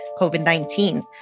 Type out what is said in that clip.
COVID-19